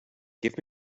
give